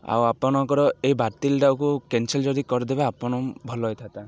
ଆଉ ଆପଣଙ୍କର ଏଇ ବାତିଲ୍ଟାକୁ କ୍ୟାନ୍ସଲ୍ ଯଦି କରିଦେବେ ଆପଣ ଭଲ ହୋଇଥାନ୍ତା